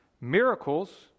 miracles